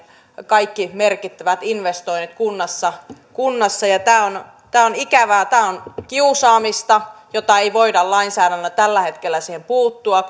kaikki merkittävät investoinnit kunnassa kunnassa ja tämä on tämä on ikävää tämä on kiusaamista johon ei voida lainsäädännöllä tällä hetkellä puuttua